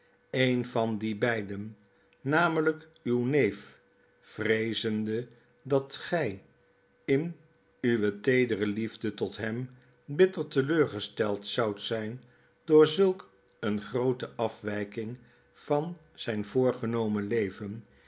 een van die beiden namelijkuwneef vreezende dat gij in uwe teedere liefde tot hem bitter teleurgesteld zoudt zijn door zulk een groote afwyking van zyn voorgenomen leven